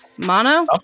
mono